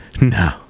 No